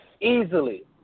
Easily